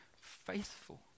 faithful